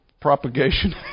propagation